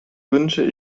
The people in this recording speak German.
wünsche